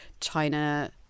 China